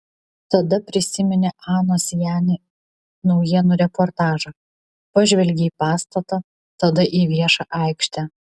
tada prisiminė anos jani naujienų reportažą pažvelgė į pastatą tada į viešą aikštę